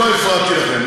לא הפרעתי לכם.